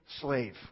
slave